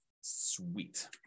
Sweet